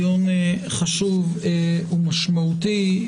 זה דיון חשוב ומשמעותי.